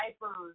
Diapers